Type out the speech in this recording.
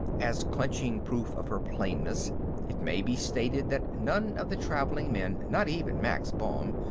as clinching proof of her plainness it may be stated that none of the traveling men, not even max baum,